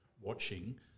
watching